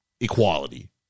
equality